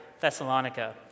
Thessalonica